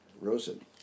Rosen